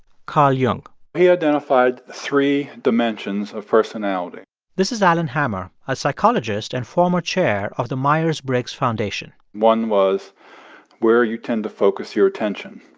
carl jung he identified three dimensions of personality this is allen hammer, a psychologist and former chair of the myers-briggs foundation one was where you tend to focus your attention.